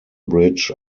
bridge